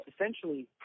essentially